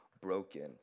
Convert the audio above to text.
broken